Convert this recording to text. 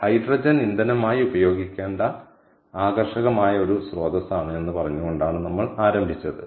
hydrogen ഇന്ധനമായി ഉപയോഗിക്കേണ്ട ആകർഷകമായ ഒരു സ്രോതസ്സാണ് എന്ന് പറഞ്ഞുകൊണ്ടാണ് നമ്മൾ ആരംഭിച്ചത്